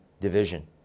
division